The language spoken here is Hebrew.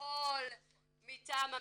כביכול מטעם המדינה,